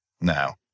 now